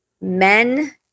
men